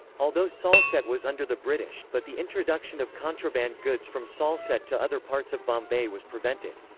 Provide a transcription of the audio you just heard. although salsette was under the british, but the introduction of contraband goods from salsette to other parts of bombay was prevented.